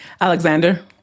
Alexander